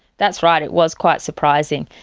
that's right, it was quite surprising,